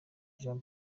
jean